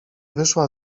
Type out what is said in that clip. wyszła